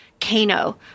Kano